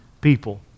people